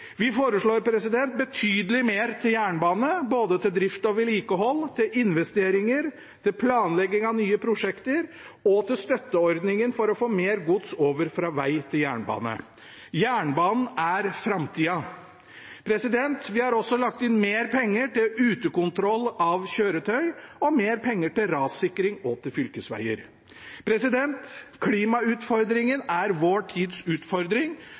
Vi foreslår betydelig mer til jernbane – både til drift og vedlikehold, til investeringer, til planlegging av nye prosjekter og til støtteordningen for å få mer gods over fra veg til jernbane. Jernbanen er framtida. Vi har også lagt inn mer penger til utekontroll av kjøretøy og mer penger til rassikring og til fylkesveger. Klimautfordringen er vår tids utfordring.